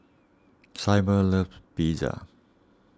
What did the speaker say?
Syble loves Pizza